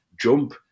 jump